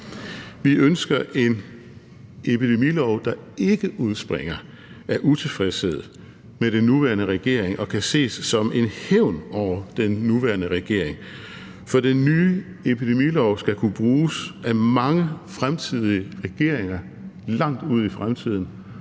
Vi ønsker en epidemilov, der ikke udspringer af utilfredshed med den nuværende regering og kan ses som en hævn over den nuværende regering, for den nye epidemilov skal kunne bruges af mange fremtidige regeringer langt ud i fremtiden